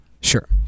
sure